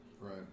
Right